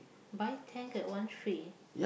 buy ten get one free